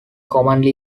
commonly